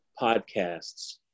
podcasts